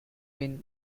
been